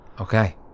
okay